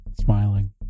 smiling